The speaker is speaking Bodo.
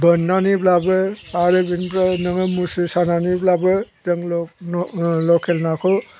बोननानैब्लाबो आरो बिनिफ्राय नोङो मुस्रि सानानैब्लाबो जों लकेल नाखौ